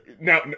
Now